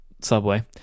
subway